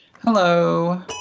Hello